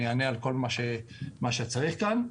אני אענה על כל מה שצריך כאן.